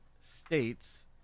states